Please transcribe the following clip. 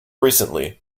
recently